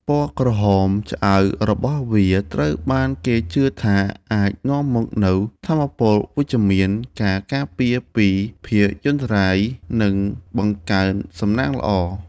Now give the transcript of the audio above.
ពណ៌ក្រហមឆ្អៅរបស់វាត្រូវបានគេជឿថាអាចនាំមកនូវថាមពលវិជ្ជមាន ការការពារពីភយន្តរាយ និងបង្កើនសំណាងល្អ។